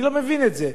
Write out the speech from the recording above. אני לא מבין את זה.